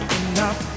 enough